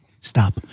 Stop